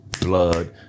blood